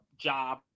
job